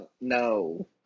No